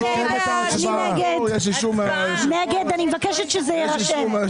אני נגד, אני מבקשת שזה יירשם.